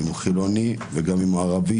אם הוא חילוני וגם אם הוא ערבי.